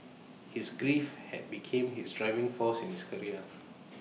his grief had became his driving force in his career